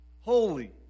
Holy